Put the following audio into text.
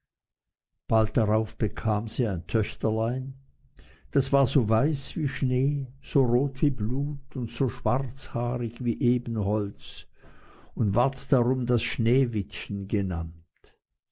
bald darauf bekam sie ein töchterlein das war so weiß wie schnee so rot wie blut und so schwarzhaarig wie ebenholz und ward darum das sneewittchen schneeweißchen genannt